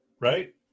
right